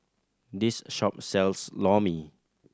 this shop sells Lor Mee